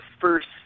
first